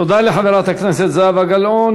תודה לחברת הכנסת זהבה גלאון.